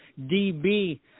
DB